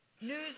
news